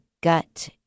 gut